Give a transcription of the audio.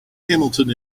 hamilton